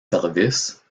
services